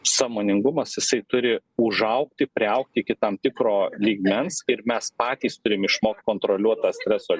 sąmoningumas jisai turi užaugti priaugti iki tam tikro lygmens ir mes patys turim išmokt kontroliuot tą streso